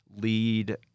lead